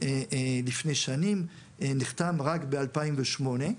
לפני שנים, נחתם רק ב-2008.